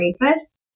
Rapist